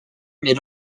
mais